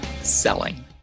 selling